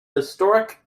historic